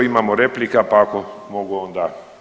Imamo replika, pa ako mogu onda.